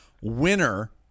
winner